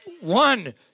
One